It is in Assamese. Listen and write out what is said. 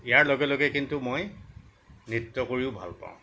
ইয়াৰ লগে লগে কিন্তু মই নৃত্য কৰিও ভাল পাওঁ